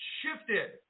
shifted